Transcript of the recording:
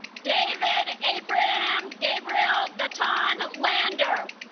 david abraham gabriel natan lander